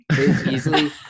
Easily